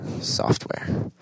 software